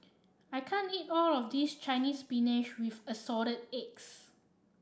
I can't eat all of this Chinese Spinach with Assorted Eggs